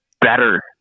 better